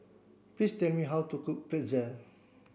please tell me how to cook Pretzel